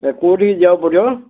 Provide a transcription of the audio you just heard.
ଏ କେଉଁଠିକି ଯିବାକୁ ପଡ଼ିବ